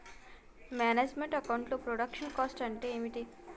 Manage meant account లో production cost అంటే ఏమిటి?